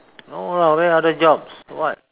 no lah where other jobs for what